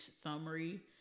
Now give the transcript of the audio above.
summary